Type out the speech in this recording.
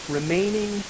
Remaining